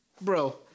Bro